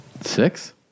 Six